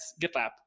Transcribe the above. gitlab